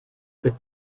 could